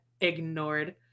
ignored